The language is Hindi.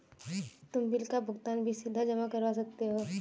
तुम बिल का भुगतान भी सीधा जमा करवा सकते हो